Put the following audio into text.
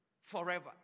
forever